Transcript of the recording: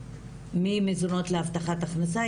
ממזונות להבטחת הכנסה,